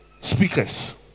speakers